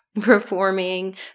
performing